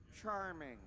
Charming